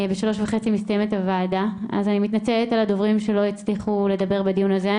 אני מתנצלת על הדוברים שלא הצליחו לדבר בדיון הזה.